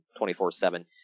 24-7